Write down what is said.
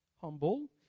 humble